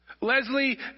Leslie